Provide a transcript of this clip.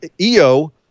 EO